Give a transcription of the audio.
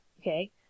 okay